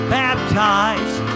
baptized